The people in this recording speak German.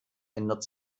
ändert